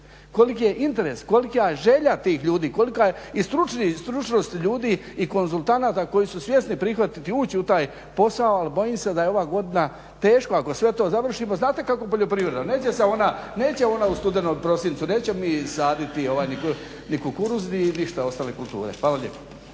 koliki je interes, kolika je želja tih ljudi i stručnosti ljudi i konzultanata koji su svjesni prihvatiti, ući u taj posao, ali bojim se da je ova godina teška, ako sve to završimo. Znate kako poljoprivreda? Neće se ona, neće ona u studenom, prosincu, nećemo mi saditi ni kukuruz ni ništa od ostale kulture. Hvala lijepo.